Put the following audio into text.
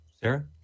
Sarah